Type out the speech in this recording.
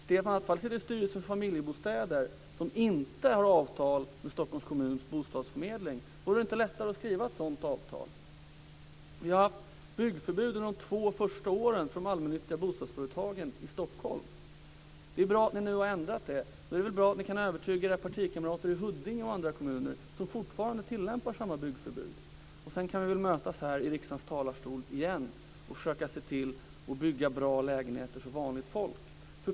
Stefan Attefall sitter i styrelsen för Familjebostäder, som inte har avtal med Stockholms kommuns bostadsförmedling. Vore det inte lättare att skriva ett sådant avtal? Vi har haft byggförbud under de två första åren för de allmännyttiga bostadsföretagen i Stockholm. Det är bra att ni nu har ändrat det. Då vore det väl bra om ni kunde övertyga era partikamrater i Huddinge och andra kommuner som fortfarande tillämpar samma byggförbud. Och sedan kan vi väl mötas här i riksdagens talarstol igen och försöka se till att det byggs bra lägenheter för vanligt folk.